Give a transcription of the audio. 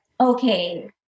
okay